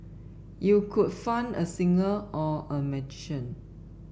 you could fund a singer or a magician